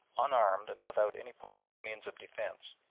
unarmed and without any possible means of defence,